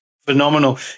Phenomenal